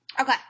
Okay